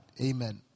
amen